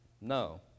No